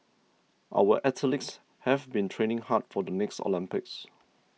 our athletes have been training hard for the next Olympics